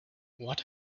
what